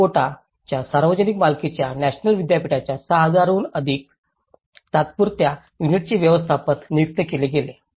बोगोटाच्या सार्वजनिक मालकीच्या नॅशनल विद्यापीठात 6000 हून अधिक तात्पुरत्या युनिट्सचे व्यवस्थापन नियुक्त केले गेले